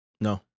No